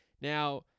Now